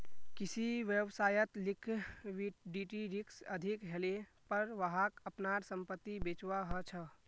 किसी व्यवसायत लिक्विडिटी रिक्स अधिक हलेपर वहाक अपनार संपत्ति बेचवा ह छ